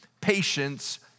patience